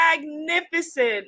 magnificent